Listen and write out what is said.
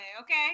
okay